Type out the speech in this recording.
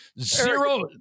zero